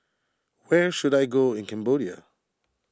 where should I go in Cambodia